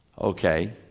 Okay